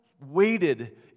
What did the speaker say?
waited